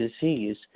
disease